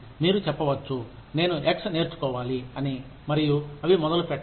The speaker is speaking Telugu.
మీరు చెప్పవచ్చు నేను ఎక్స్ నేర్చుకోవాలి అని మరియు అవి మొదలుపెట్టరు